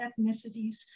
ethnicities